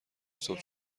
صبح